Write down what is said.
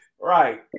Right